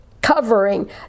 covering